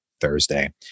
Thursday